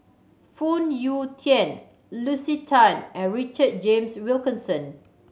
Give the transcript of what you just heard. Phoon Yew Tien Lucy Tan and Richard James Wilkinson